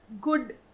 good